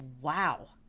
Wow